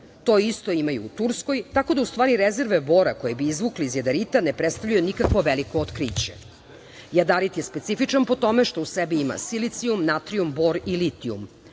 To isto imaju u Turskoj. Tako da, u stvari, rezerve bora koje bi izvukli iz jadarita ne predstavljaju nikakvo veliko otkriće. Jadarit je specifičan po tome što u sebi ima silicijum, natrijum, bor i litiju,